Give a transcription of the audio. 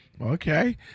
Okay